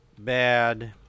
Bad